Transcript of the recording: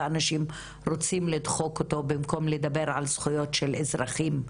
ואנשים רוצים לדחוק אותו במקום לדבר על זכויות של אזרחים,